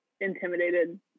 intimidated